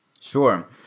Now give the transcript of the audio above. Sure